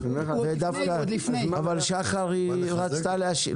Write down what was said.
תן לשחר להשיב.